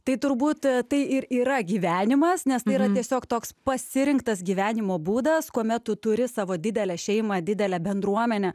tai turbūt tai ir yra gyvenimas nes tai yra tiesiog toks pasirinktas gyvenimo būdas kuomet tu turi savo didelę šeimą didelę bendruomenę